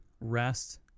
rest